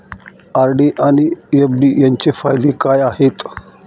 RD आणि FD यांचे फायदे काय आहेत?